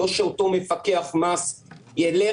לא שאותו מפקח מס ילך,